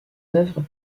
œuvres